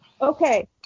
Okay